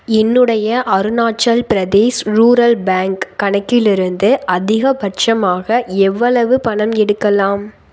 என்னுடைய Arunachal Pradesh rural bank கணக்கிலேருந்து அதிகபட்சமாக எவ்வளவு பணம் எடுக்கலாம்